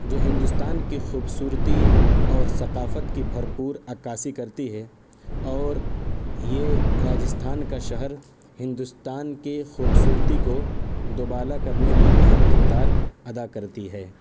جو ہندوستان کی خوبصورتی اور ثقافت کی بھر پور عکّاسی کرتی ہے اور یہ راجستھان کا شہر ہندوستان کی خوبصورتی کو دوبالا کرنے میں اہم کردار ادا کرتی ہے